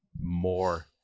more